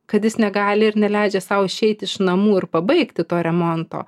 kad jis negali ir neleidžia sau išeiti iš namų ir pabaigti to remonto